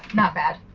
not bad.